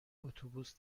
اتوبوس